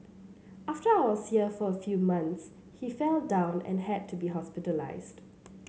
after I was here for a few months he fell down and had to be hospitalised